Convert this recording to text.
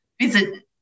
Visit